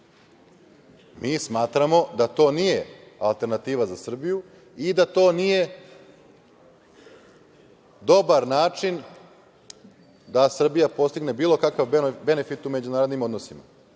Mi smatramo da to nije alternativa za Srbiju i da to nije dobar način da Srbija postigne bilo kakav benefit u međunarodnim odnosima. Ne